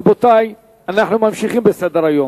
רבותי, אנחנו ממשיכים בסדר-היום,